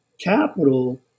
capital